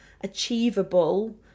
achievable